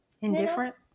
Indifferent